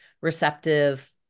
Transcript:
receptive